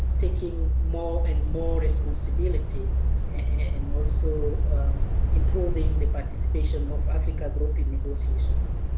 taking more and more responsibility and also improving the participation of africa group in negotiations.